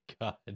god